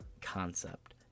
concept